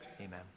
Amen